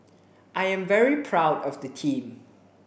I'm very proud of the team